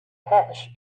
hash